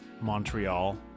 Montreal